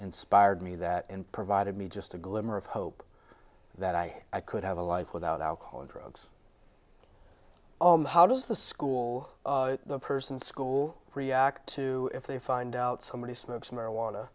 inspired me that and provided me just a glimmer of hope that i could have a life without alcohol or drugs how does the school the person school react to if they find out somebody smokes marijuana